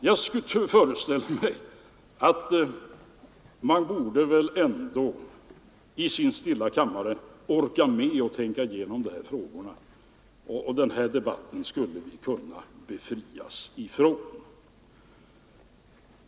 Jag föreställer mig att man ändå i stilla stunder i sin kammare skulle orka tänka igenom de här frågorna, så att denna debatt kunde befrias från en del felaktigheter.